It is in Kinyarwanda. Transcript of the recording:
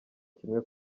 kimwe